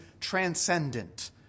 transcendent